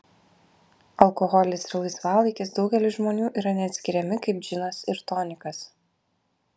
alkoholis ir laisvalaikis daugeliui žmonių yra neatskiriami kaip džinas ir tonikas